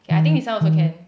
okay I think this one also can